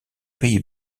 pays